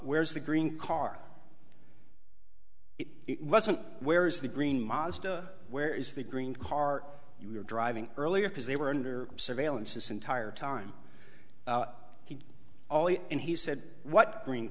where's the green car it wasn't where's the green mazda where is the green car you were driving earlier because they were under surveillance this entire time he all in he said what green